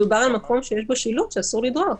מדובר על מקום שיש בו שילוט שאסור לדרוך.